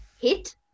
hit